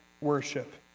worship